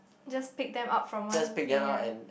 just pick them up from one area